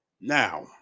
Now